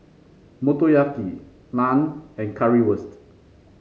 Motoyaki Naan and Currywurst